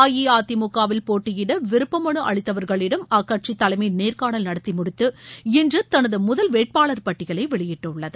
அஇஅதிமுகவில் போட்டியிட விருப்ப மனு அளித்தவர்களிடம் அக்கட்சி தலைமை நேர்காணல் நடத்தி முடித்து இன்று தனது முதல் வேட்பாளர் பட்டியலை வெளியிட்டுள்ளது